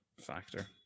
factor